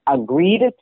agreed